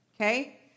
okay